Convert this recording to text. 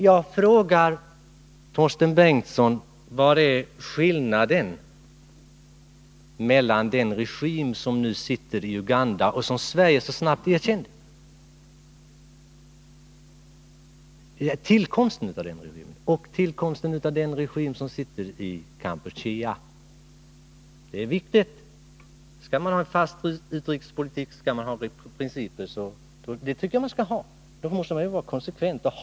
Jag frågar Torsten Bengtson: Vad är det för skillnad på tillkomsten av den regim som nu sitter i Uganda och som Sverige så snabbt erkände och tillkomsten av den regim som nu sitter i Kampuchea? Det är en viktig fråga. Skall man föra en fast utrikespolitik och ha principer — vilket jag tycker att man skall — måste man vara konsekvent.